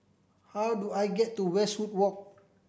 how do I get to Westwood Walk